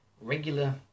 regular